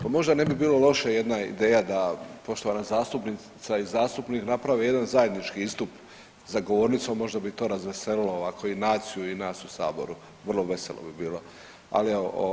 Pa možda ne bi bilo loše jedna ideja da poštovana zastupnica i zastupnik naprave jedan zajednički istup za govornicom možda bi to razveselilo ovako i naciju i nas u saboru, vrlo veselo bi bilo, ali evo.